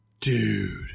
Dude